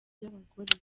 ry’abagore